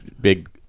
big